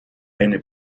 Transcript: eine